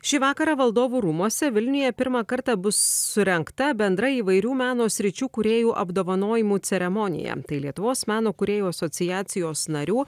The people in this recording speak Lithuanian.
šį vakarą valdovų rūmuose vilniuje pirmą kartą bus surengta bendra įvairių meno sričių kūrėjų apdovanojimų ceremonija tai lietuvos meno kūrėjų asociacijos narių